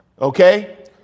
Okay